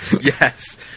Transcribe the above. Yes